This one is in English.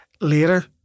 later